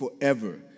forever